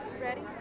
Ready